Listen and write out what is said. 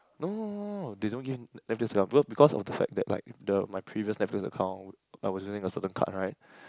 no no no they don't give Netflix discount but because of the fact that like the my previous Netflix account I was using a certain card right